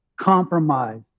compromise